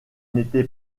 n’était